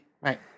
Right